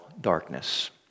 darkness